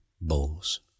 bowls